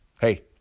Hey